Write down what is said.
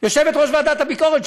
יושבת-ראש ועדת הביקורת,